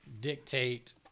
dictate